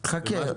חכה.